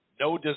No